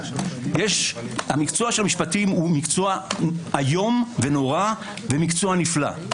מקצוע המשפטים הוא איום ונורא ומקצוע נפלא.